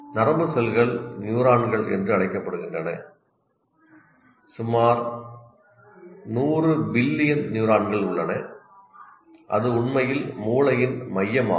நரம்பு செல்கள் நியூரான்கள் என்று அழைக்கப்படுகின்றன மேலும் சுமார் 100 பில்லியன் நியூரான்கள் உள்ளன அது உண்மையில் மூளையின் மையமாகும்